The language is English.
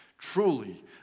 Truly